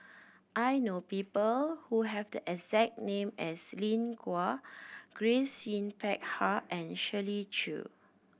I know people who have the exact name as Lin Gao Grace Yin Peck Ha and Shirley Chew